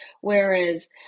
Whereas